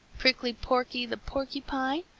prickly porky the porcupine,